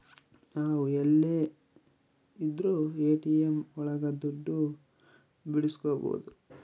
ನಾವ್ ಎಲ್ಲೆ ಇದ್ರೂ ಎ.ಟಿ.ಎಂ ಒಳಗ ದುಡ್ಡು ಬಿಡ್ಸ್ಕೊಬೋದು